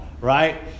right